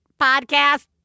podcast